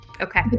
Okay